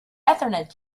ethernet